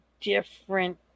different